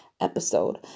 episode